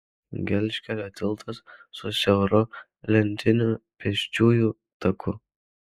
gelžkelio tiltas su siauru lentiniu pėsčiųjų taku